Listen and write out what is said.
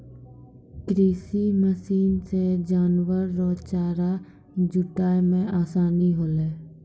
कृषि मशीन से जानवर रो चारा जुटाय मे आसानी होलै